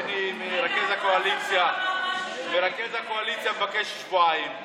הינה, מרכז הקואליציה מבקש שבועיים.